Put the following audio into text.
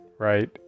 Right